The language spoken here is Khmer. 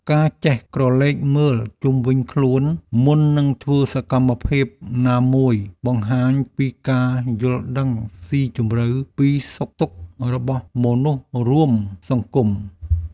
ការចេះក្រឡេកមើលជុំវិញខ្លួនមុននឹងធ្វើសកម្មភាពណាមួយបង្ហាញពីការយល់ដឹងស៊ីជម្រៅពីសុខទុក្ខរបស់មនុស្សរួមសង្គម។